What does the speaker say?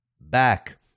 back